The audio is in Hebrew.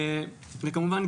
וכמובן,